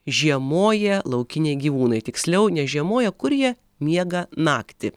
žiemoja laukiniai gyvūnai tiksliau ne žiemoja kur jie miega naktį